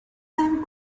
time